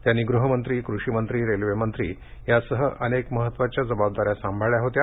त्यांनी गृहमंत्री कृषीमंत्री रेल्वेमंत्री यांसह अनेक महत्त्वाच्या जबाबदाऱ्या सांभाळल्या होत्या